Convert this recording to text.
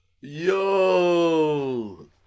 Yo